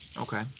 Okay